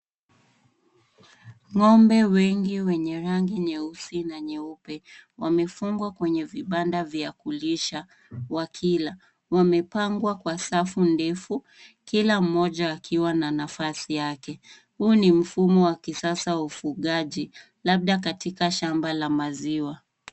Ngombe wengi wenye rangi nyeusi na nyeupe wamefungwa kwenye vibanda vya kulisha wakila. Wamepangwa kwa safu ndefu Kila mmoja akiwa na nafasi yake. Huu ni mfumo wa kisasa wa ufugaji labda katika shamba la maziwa.